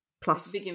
plus